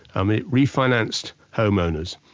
i mean refinanced home owners,